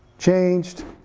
changed,